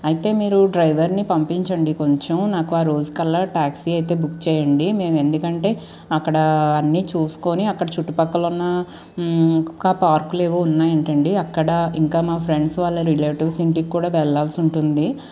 అయితే మీరు డ్రైవర్ని పంపించండి కొంచెం నాకు ఆ రోజు కల్లా ట్యాక్సీ అయితే బుక్ చేయండీ మేము ఎందుకంటే అక్కడ అన్ని చూసుకొని అక్కడ చుట్టుపక్కల ఉన్న ఇంకా పార్కులేవో ఉన్నాయంటండి అక్కడ ఇంకా మా ఫ్రెండ్స్ వాళ్ళ రిలేటివ్స్ ఇంటికి కూడా వెళ్ళాల్సి ఉంటుంది